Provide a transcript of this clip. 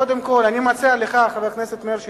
קודם כול, אני מציע לך, חבר הכנסת מאיר שטרית,